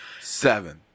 seven